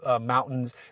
mountains